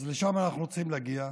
אז לשם אנחנו רוצים להגיע.